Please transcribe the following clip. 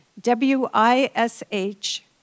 W-I-S-H